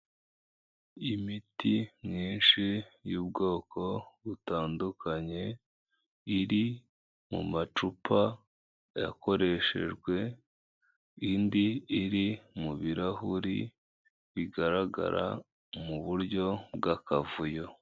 Imiti myinshi y'ubwoko butandukanye iri mu macupa yakoreshejwe, indi iri mu birarahuri bigaragara mu buryo bwakavuyo.